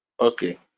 Okay